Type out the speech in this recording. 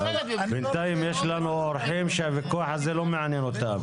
בינתיים יש לנו אורחים שהוויכוח הזה לא מעניין אותם,